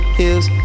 heels